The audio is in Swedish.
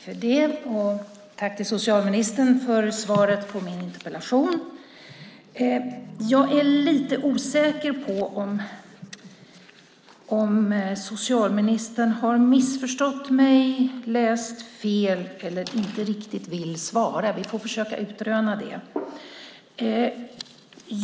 Fru talman! Tack, socialministern, för svaret på min interpellation! Jag är lite osäker på om socialministern har missförstått mig, läst fel eller inte riktigt vill svara. Vi får försöka utröna det.